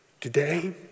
Today